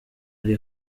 ari